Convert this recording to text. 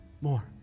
more